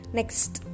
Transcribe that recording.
Next